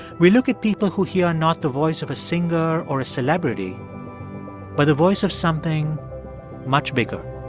we look at people who hear not the voice of a singer or a celebrity but the voice of something much bigger